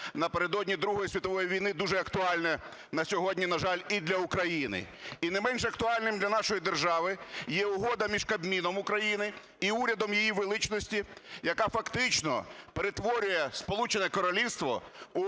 напередодні Другої світової війни, дуже актуальне на сьогодні, на жаль, і для України. І не менш актуальним для нашої держави є Угода між Кабміном України і Урядом Її Величності, яка фактично перетворює Сполучене Королівство